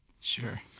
Sure